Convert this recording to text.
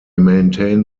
maintain